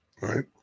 Right